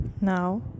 now